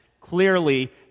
clearly